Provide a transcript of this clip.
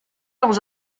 dans